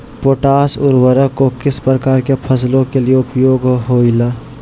Potash उर्वरक को किस प्रकार के फसलों के लिए उपयोग होईला?